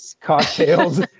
cocktails